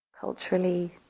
Culturally